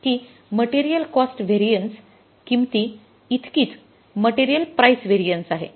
की material cost variance किंमती इतकीच मटेरियल प्राईस व्हेरिएन्स आहे